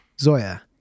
Zoya